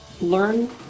learn